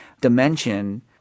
dimension